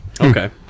Okay